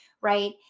right